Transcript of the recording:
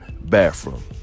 bathroom